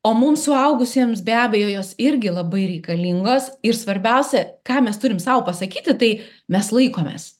o mums suaugusiems be abejo jos irgi labai reikalingos ir svarbiausia ką mes turim sau pasakyti tai mes laikomės